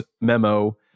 memo